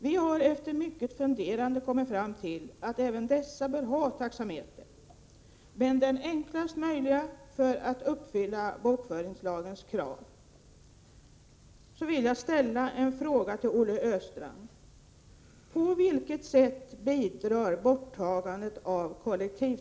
Vi har efter mycket funderande kommit fram till att även dessa bör ha taxameter — men den enklast möjliga, för att uppfylla bokföringslagens krav.